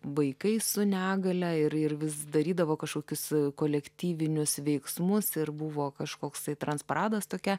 vaikais su negalia ir ir vis darydavo kažkokius kolektyvinius veiksmus ir buvo kažkoksai transparadas tokia